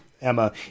Emma